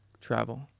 travel